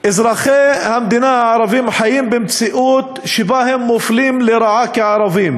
"אזרחי המדינה הערבים חיים במציאות שבה הם מופלים לרעה כערבים.